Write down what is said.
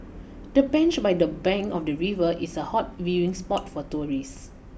the bench by the bank of the river is a hot viewing spot for tourists